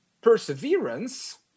perseverance